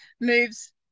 moves